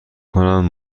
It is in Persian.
کنند